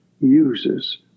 uses